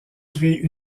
créer